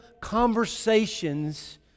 conversations